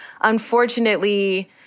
unfortunately